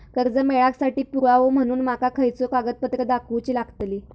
कर्जा मेळाक साठी पुरावो म्हणून माका खयचो कागदपत्र दाखवुची लागतली?